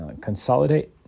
consolidate